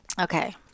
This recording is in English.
Okay